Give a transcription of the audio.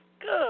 Good